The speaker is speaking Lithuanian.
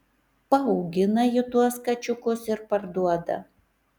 paaugina ji tuos kačiukus ir parduoda